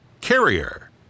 carrier